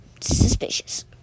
suspicious